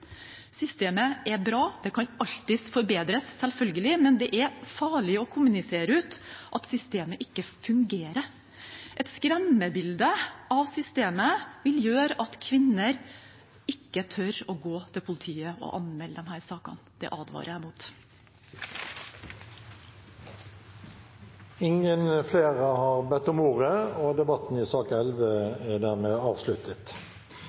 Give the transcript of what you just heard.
Systemet er bra. Det kan selvfølgelig alltid forbedres, men det er farlig å kommunisere ut at systemet ikke fungerer. Et skremmebilde av systemet vil gjøre at kvinner ikke tør å gå til politiet og anmelde disse sakene. Det advarer jeg mot. Flere har ikke bedt om ordet til sak nr. 11. Sakene nr. 12–16 er andre gangs behandling av lovsaker, og